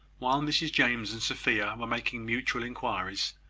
while mrs james and sophia were making mutual inquiries,